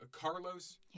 Carlos